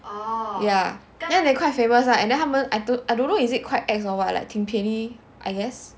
ya then they quite famous lah and then 他们 I don't I don't know is it quite ex or what like 挺便宜 I guess